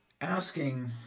asking